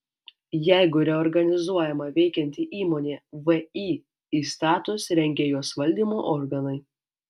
jeigu reorganizuojama veikianti įmonė vį įstatus rengia jos valdymo organai